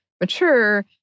mature